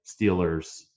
Steelers